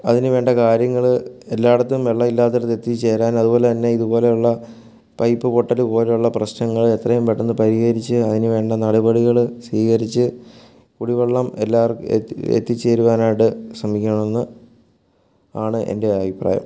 അതിനുവേണ്ട കാര്യങ്ങൾ എല്ലായിടത്തും വെള്ളം ഇല്ലാത്തിടത്ത് എത്തിച്ചേരാൻ അതുപോലെതന്നെ ഇതുപോലെയുള്ള പൈപ്പ് പൊട്ടലുപോലുള്ള പ്രശ്നങ്ങൾ എത്രേം പെട്ടെന്ന് പരിഹരിച്ചു അതിനുവേണ്ട നടപടികൾ സ്വീകരിച്ച് കുടിവെള്ളം എല്ലാവർക്കും എത്തി എത്തിച്ചേരുവാനായിട്ട് ശ്രമിക്കണമെന്ന് ആണ് എൻ്റെ അഭിപ്രായം